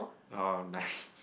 orh nice